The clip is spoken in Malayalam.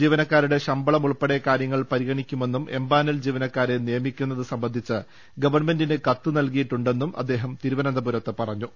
ജീവന ക്കാരുടെ ശമ്പളമുൾപ്പെടെ കാര്യങ്ങൾ പരിഗണിക്കുമെന്നും എംപാനൽ ജീവനക്കാരെ നിയമിക്കുന്നത് സംബന്ധിച്ച് ഗവൺമെന്റിന് കത്ത് നൽകി യിട്ടുണ്ടെന്നും അദ്ദേഹം തിരുവനന്തപുരത്ത് പറഞ്ഞു